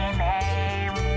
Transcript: name